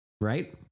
Right